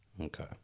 Okay